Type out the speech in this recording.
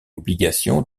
obligations